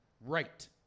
Right